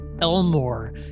Elmore